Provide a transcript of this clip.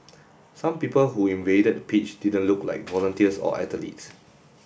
some people who invaded the pitch didn't look like volunteers or athletes